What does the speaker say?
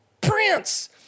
Prince